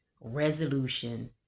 resolution